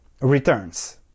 returns